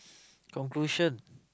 conclusion